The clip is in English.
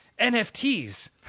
NFTs